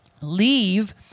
leave